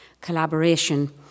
collaboration